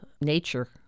nature